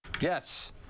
Yes